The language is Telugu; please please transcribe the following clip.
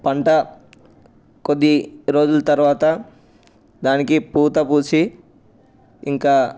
పంట కొద్ది రోజుల తర్వాత దానికి పూత పూసి ఇంకా